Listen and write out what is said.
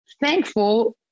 thankful